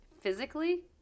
Physically